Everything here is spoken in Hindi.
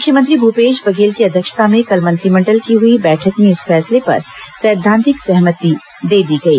मुख्यमंत्री भूपेश बघेल की अध्यक्षता में कल मंत्रिमंडल की हुई बैठक में इस फैसले पर सैद्वांतिक सहमति दे दी गई